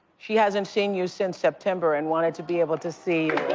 she hasn't seen you since september and wanted to be able to see